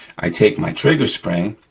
i take my trigger spring,